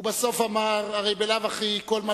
ובסוף הוא אמר: "הרי בלאו הכי כל מה